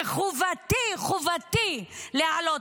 וחובתי להעלות.